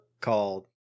called